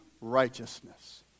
righteousness